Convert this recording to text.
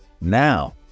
now